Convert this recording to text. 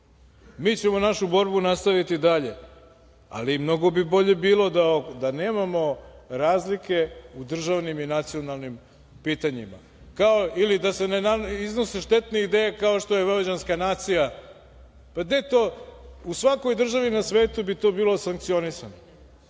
mi ćemo našu borbu nastaviti dalje, ali mnogo bi bilo bolje da nemamo razlike u državnim i nacionalnim pitanjima ili da se ne nanose štetne ideje kao što je vojvođanska nacija. U svakoj državi na svetu bi to bilo sankcionisano.